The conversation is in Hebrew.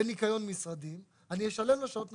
אני אשלם לה שעות נוספות,